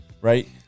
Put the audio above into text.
right